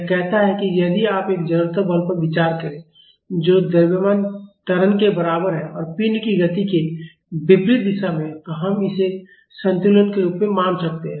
यह कहता है कि यदि आप एक जड़त्व बल पर विचार करें जो द्रव्यमान त्वरण के बराबर है और पिंड की गति के विपरीत दिशा में है तो हम इसे संतुलन के रूप में मान सकते हैं